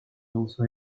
also